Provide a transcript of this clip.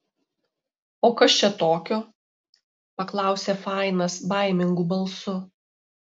o kas čia tokio paklausė fainas baimingu balsu